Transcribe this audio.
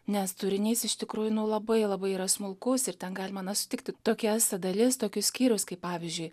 nes turinys iš tikrųjų nu labai labai yra smulkus ir ten galima na sutikti tokias dalis tokius skyrius kaip pavyzdžiui